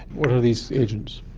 what are these agents?